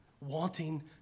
Wanting